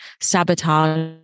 sabotage